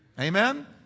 Amen